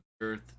Earth